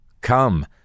Come